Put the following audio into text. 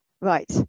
Right